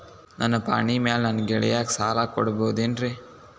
ನನ್ನ ಪಾಣಿಮ್ಯಾಲೆ ನನ್ನ ಗೆಳೆಯಗ ಸಾಲ ಕೊಡಬಹುದೇನ್ರೇ?